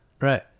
right